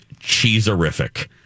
cheeserific